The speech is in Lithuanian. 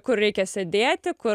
kur reikia sėdėti kur